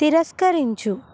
తిరస్కరించు